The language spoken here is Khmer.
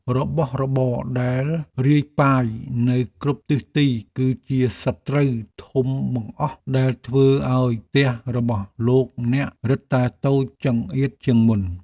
របស់របរដែលរាយប៉ាយនៅគ្រប់ទិសទីគឺជាសត្រូវធំបង្អស់ដែលធ្វើឱ្យផ្ទះរបស់លោកអ្នករឹតតែតូចចង្អៀតជាងមុន។